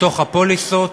בתוך הפוליסות,